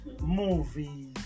movies